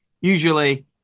usually –